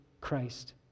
Christ